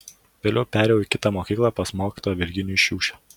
vėliau perėjau į kitą mokyklą pas mokytoją virginijų šiušę